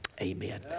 Amen